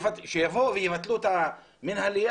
שיבואו ויבטלו את המנהלי,